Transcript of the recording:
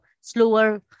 slower